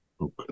Okay